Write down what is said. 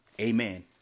Amen